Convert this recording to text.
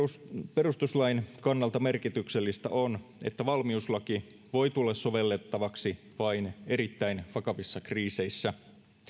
perustuslain kannalta merkityksellistä on että valmiuslaki voi tulla sovellettavaksi vain erittäin vakavissa kriiseissä